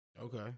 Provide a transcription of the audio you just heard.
Okay